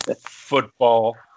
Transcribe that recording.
football